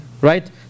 right